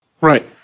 right